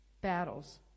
battles